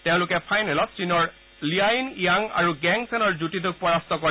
তেওঁলোকে ফাইনেলত চীনৰ লিআইন ইয়াং আৰু গেং ছেনৰ যুটিটোক পৰাস্ত কৰে